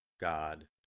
God